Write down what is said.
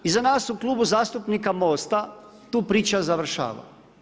I za nas u Klubu zastupnika MOST-a tu priča završava.